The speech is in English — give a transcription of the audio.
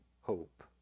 hope